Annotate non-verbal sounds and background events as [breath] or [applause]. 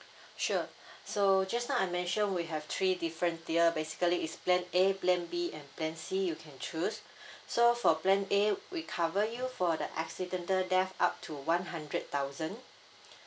sure [breath] so just now I mentioned we have three different tier basically is plan A plan B and plan C you can choose [breath] so for plan A we cover you for the accidental death up to one hundred thousand